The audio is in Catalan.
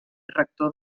rector